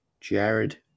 Jared